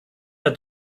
hat